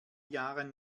jahren